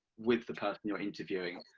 with the person you are interviewing.